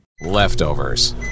Leftovers